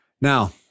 Now